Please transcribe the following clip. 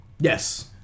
Yes